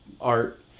art